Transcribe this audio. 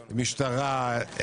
משטרה,